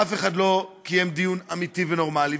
אף אחד לא קיים דיון אמיתי ונורמלי.